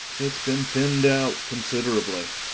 it's been thinned out considerably.